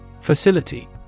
Facility